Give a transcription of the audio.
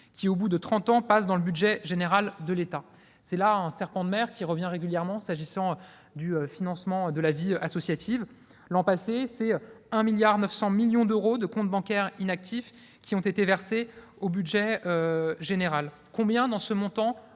au bout de trente ans, passent dans le budget général de l'État. C'est là un serpent de mer, qui revient régulièrement, s'agissant du financement de la vie associative. L'an passé, ce sont 1,9 milliard d'euros de comptes bancaires inactifs qui ont été versés au budget général. Quelle part de ce montant